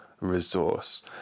resource